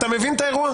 אתה מבין את האירוע?